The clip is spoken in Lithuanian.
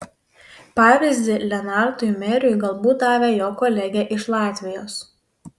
pavyzdį lenartui meriui galbūt davė jo kolegė iš latvijos